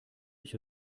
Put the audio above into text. ich